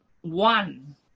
one